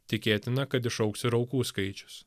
tikėtina kad išaugs ir aukų skaičius